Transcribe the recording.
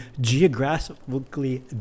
geographically